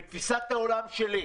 בתפיסת העולם שלי,